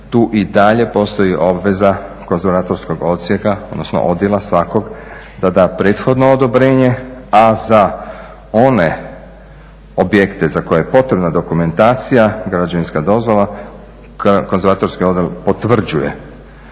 tu i dalje postoji obveza konzervatorskog odjela svakog da da prethodno odobrenje a za one objekte za koje je potrebna dokumentacija i građevinska dozvola konzervatorski odjel potvrđuje